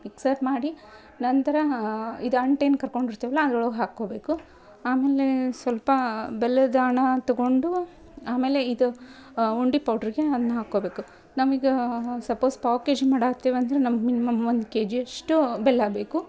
mixer ಮಾಡಿ ನಂತರ ಇದು ಅಂಟೇನು ಕರ್ಕೊಂಡಿರ್ತೇವಲ್ಲ ಅದ್ರೊಳಗೆ ಹಾಕ್ಕೋಬೇಕು ಆಮೇಲೇ ಸ್ವಲ್ಪಾ ಬೆಲ್ಲದ ಆಣಾ ತಗೋಂಡು ಆಮೇಲೆ ಇದು ಉಂಡೆ ಪೌಡ್ರಿಗೆ ಅದ್ನ ಹಾಕ್ಕೋಬೇಕು ನಮಗಾ ಸಪೋಸ್ ಪಾವ್ ಕೆಜಿ ಮಾಡಾ ಹತ್ತೀವಿ ಅಂದರೆ ನಮ್ಗೆ ಮಿನಿಮಮ್ ಒಂದು ಕೆಜಿ ಅಷ್ಟೂ ಬೆಲ್ಲ ಬೇಕು